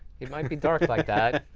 it might be dark like that.